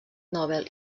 nobel